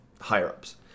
higher-ups